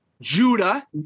Judah